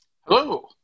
Hello